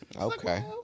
Okay